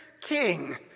king